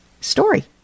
story